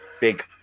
big